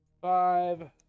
five